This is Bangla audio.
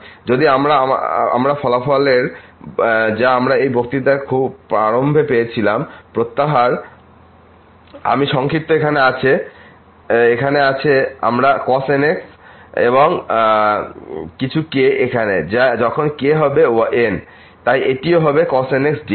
এবং যদি আমরা ফলাফলের যা আমরা এই বক্তৃতা খুব প্রারম্ভে পেয়েছিলাম প্রত্যাহার আমি সংক্ষিপ্ত এখানে আছে আমরা nx এবং কিছু k এখানে যখন k হবে n তাই এটিও হবে cos nx dx